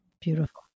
Beautiful